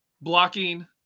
blocking